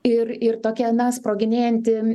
ir ir tokia na sproginėjanti